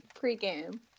pregame